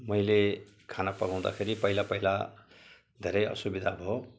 मैले खाना पकाउँदाखेरि पहिला पहिला धेरै असुविधा भयो